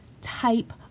type